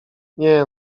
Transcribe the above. nie